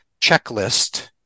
checklist